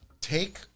Take